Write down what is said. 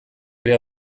ere